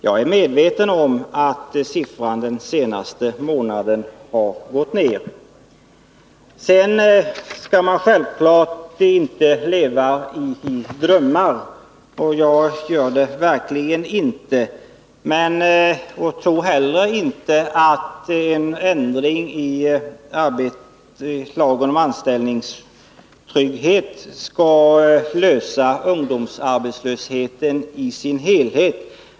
Jag är emellertid medveten om att siffran för den senaste månaden har gått ned. Man skall självfallet inte leva i drömmar, och jag gör verkligen inte det. Jag tror inte heller att en ändring i lagen om anställningstrygghet skulle lösa ungdomsarbetslösheten i sin helhet.